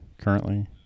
currently